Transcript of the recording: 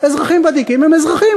אזרחים ותיקים הם אזרחים,